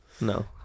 no